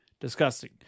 disgusting